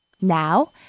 Now